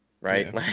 right